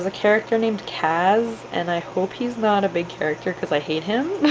ah character named kaz and i hope he's not a big character cuz i hate him,